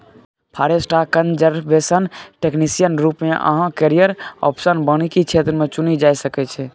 forest आ conservation technician रुप मे अहाँ कैरियर आप्शन बानिकी क्षेत्र मे चुनि सकै छी